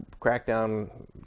crackdown